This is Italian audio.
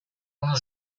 uno